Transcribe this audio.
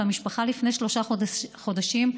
ולפני שלושה חודשים,